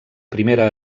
primera